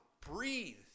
breathe